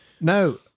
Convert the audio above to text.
No